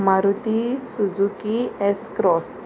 Maruti Suzuki S cross